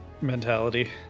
mentality